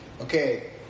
Okay